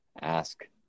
ask